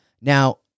Now